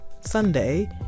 Sunday